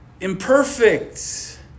imperfect